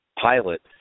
pilot